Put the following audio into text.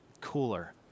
cooler